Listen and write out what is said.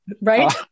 Right